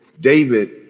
David